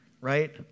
right